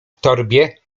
torbie